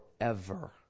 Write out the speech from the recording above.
forever